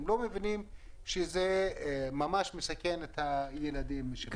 הם לא מבינים שזה ממש מסכן את הילדים שלהם.